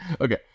Okay